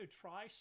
try